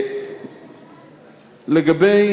לגבי